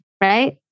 right